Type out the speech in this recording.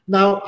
Now